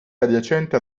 adiacenti